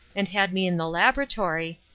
and had me in the laboratory,